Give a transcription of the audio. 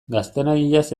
gaztelaniaz